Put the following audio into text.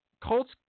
Colts